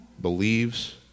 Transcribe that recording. believes